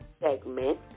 segment